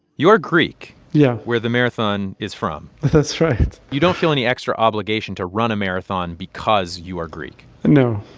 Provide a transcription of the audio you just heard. you are greek yeah where the marathon is from that's right you don't feel any extra obligation to run a marathon because you are greek no